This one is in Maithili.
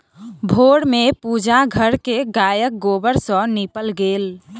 भोर में पूजा घर के गायक गोबर सॅ नीपल गेल